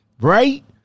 Right